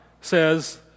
says